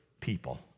people